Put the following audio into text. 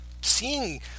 seeing